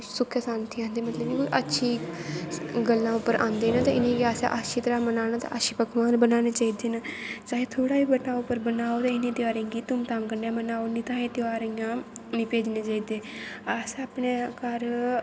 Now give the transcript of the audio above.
सुक्खै सांदी औंदे मतलब कि कोई अच्छी गल्लां उप्पर औंदे न ते इनें गी असें अच्छी तरह् मनाना ते अच्छी पकवान बनाने चाहिदे न चाहे थोह्ड़ा गै बनाओ पर बनाओ ते इनें तेहारें गी धूमधाम कन्नै बनाओ निं तां एह् तेहार इ'यां निं भेजने चाहिदे असें अपने घर